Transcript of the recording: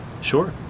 Sure